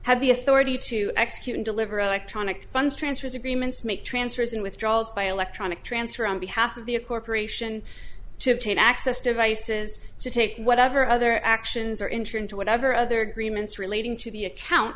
have the authority to execute and deliver electronic funds transfer as agreements make transfers and withdrawals by electronic transfer on behalf of the a corporation to obtain access devices to take whatever other actions are interim to whatever other agreements relating to the account